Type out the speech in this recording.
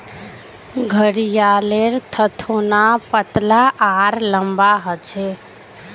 घड़ियालेर थथोना पतला आर लंबा ह छे